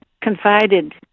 Confided